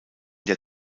der